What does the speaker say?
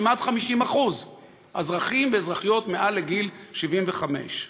כמעט 50% מהאזרחים והאזרחיות מעל גיל 75,